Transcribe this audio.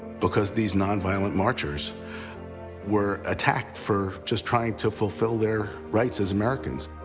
because these non-violent marchers were attacked for just trying to fulfill their rights as americans.